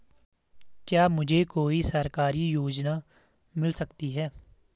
क्या मुझे कोई सरकारी योजना मिल सकती है?